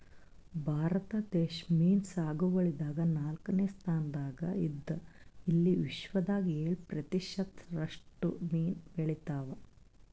ಭಾರತ ದೇಶ್ ಮೀನ್ ಸಾಗುವಳಿದಾಗ್ ನಾಲ್ಕನೇ ಸ್ತಾನ್ದಾಗ್ ಇದ್ದ್ ಇಲ್ಲಿ ವಿಶ್ವದಾಗ್ ಏಳ್ ಪ್ರತಿಷತ್ ರಷ್ಟು ಮೀನ್ ಬೆಳಿತಾವ್